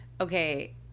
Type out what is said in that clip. okay